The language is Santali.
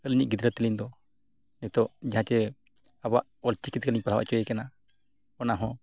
ᱟᱹᱞᱤᱧᱤᱡ ᱜᱤᱫᱽᱨᱟᱹ ᱛᱟᱹᱞᱤᱧ ᱫᱚ ᱱᱤᱛᱚᱜ ᱡᱟᱦᱟᱸ ᱪᱮ ᱟᱵᱚᱣᱟᱜ ᱚᱞᱪᱤᱠᱤ ᱛᱮᱜᱮ ᱞᱤᱧ ᱯᱟᱲᱦᱟᱣ ᱦᱚᱪᱚᱭᱮ ᱠᱟᱱᱟ ᱚᱱᱟ ᱦᱚᱸ